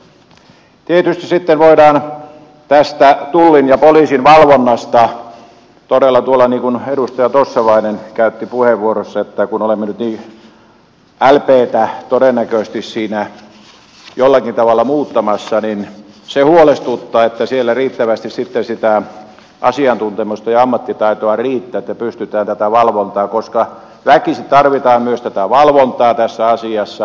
tietysti sitten voidaan tästä tullin ja poliisin valvonnasta todella sanoa niin kuin edustaja tossavainen totesi puheenvuorossa että kun olemme nyt lptä todennäköisesti siinä jollakin tavalla muuttamassa niin se huolestuttaa onko siellä riittävästi sitten sitä asiantuntemusta ja riittääkö ammattitaitoa että pystytään tätä valvontaa hoitamaan koska väkisinkin tarvitaan myös tätä valvontaa tässä asiassa